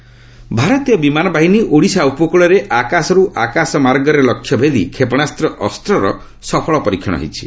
ଅସ୍ପ IAF ଭାରତୀୟ ବିମାନ ବାହିନୀ ଓଡ଼ିଶା ଉପକ୍ୱଳରେ ଆକାଶର୍ ଆକାଶମାର୍ଗରେ ଲକ୍ଷ୍ୟଭେଦୀ କ୍ଷେପଣାସ୍ତ୍ର 'ଅସ୍ତ୍ର'ର ସଫଳ ପରୀକ୍ଷଣ ହୋଇଛି